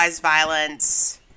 violence